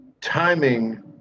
Timing